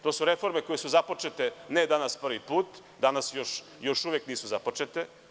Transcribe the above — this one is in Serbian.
To su reforme koje su započete ne danas prvi put, danas još uvek nisu započete.